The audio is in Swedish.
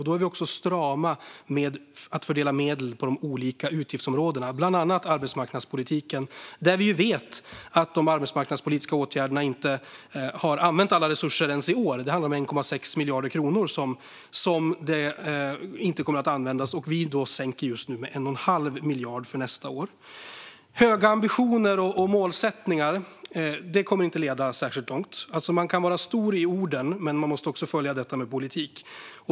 Då är vi också strama med att fördela medel på de olika utgiftsområdena. Det gäller bland annat arbetsmarknadspolitiken, där vi vet att man inte har använt alla resurser ens i år när det gäller de arbetsmarknadspolitiska åtgärderna. Det handlar om 1,6 miljarder kronor som inte kommer att användas. Och vi sänker med 1 1⁄2 miljard för nästa år. Höga ambitioner och målsättningar kommer inte att leda särskilt långt. Man kan vara stor i orden, men man måste följa det med politik.